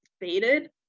faded